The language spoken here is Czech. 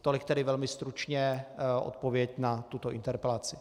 Tolik velmi stručně odpověď na tuto interpelaci.